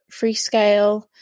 freescale